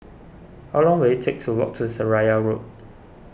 how long will it take to walk to Seraya Road